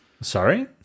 Sorry